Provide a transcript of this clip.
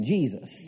Jesus